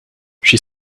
she